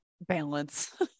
balance